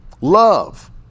Love